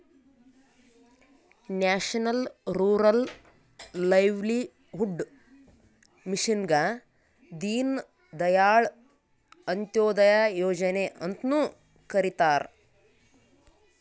national rural livelihood ಮಿಷನ್ಗ ದೀನ್ ದಯಾಳ್ ಅಂತ್ಯೋದಯ ಯೋಜನೆ ಅಂತ್ನು ಕರಿತಾರ